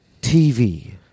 TV